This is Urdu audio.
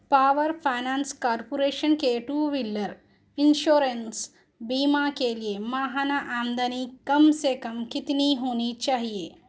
پاور فائننس کارپوریشن کے ٹو ویلر انشورنس بیمہ کے لیے ماہانہ آمدنی کم سے کم کتنی ہونی چاہیے